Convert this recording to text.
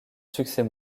succès